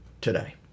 today